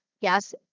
Yes